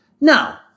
Now